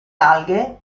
alghe